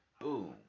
boom